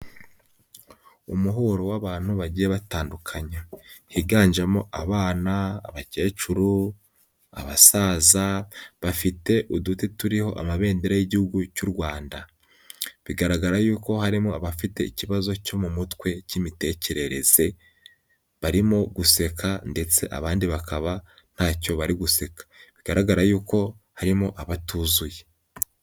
Umuhuro w'abantu bagiye batandukanye, higanjemo abana, abakecuru, abasaza, bafite uduti turiho amabendera y'Igihugu cy'u Rwanda, bigaragara yuko harimo abafite ikibazo cyo mu mutwe k'imitekerereze, barimo guseka ndetse abandi bakaba nta cyo bari guseka, bigaragara yuko harimo abatuzuye.